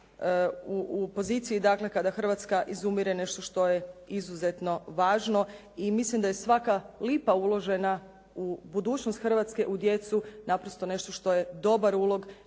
u poziciji dakle kada Hrvatska izumire nešto što je izuzetno važno i mislim da je svaka lipa uložena u budućnost Hrvatske, u djecu naprosto nešto što je dobar ulog